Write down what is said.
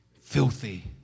filthy